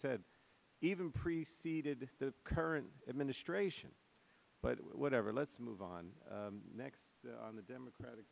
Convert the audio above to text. said even preceded the current administration but whatever let's move on next on the democratic